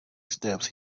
steps